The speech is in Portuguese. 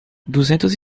duzentos